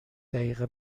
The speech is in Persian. دقیقه